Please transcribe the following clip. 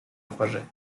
projet